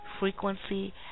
frequency